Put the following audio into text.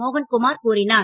மோகன் குமார் கூறினார்